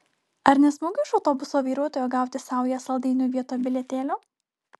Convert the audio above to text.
ar ne smagu iš autobuso vairuotojo gauti saują saldainių vietoj bilietėlio